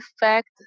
effect